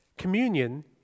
Communion